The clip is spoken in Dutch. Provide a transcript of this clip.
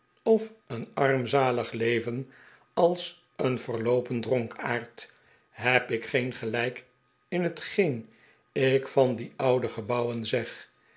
of een armzalig leven als een verloopen drpnkaard heb ik geen gel ijk in hetgeen ik van die oude gebouwen zeg